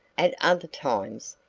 at other times,